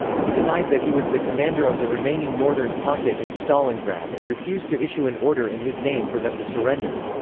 he denied that he was the commander of the remaining northern pocket in stalingrad and refused to issue an order in his name for them to surrender.